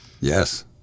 Yes